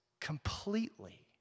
completely